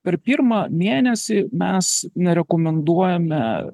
per pirmą mėnesį mes nerekomenduojame